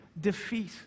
defeat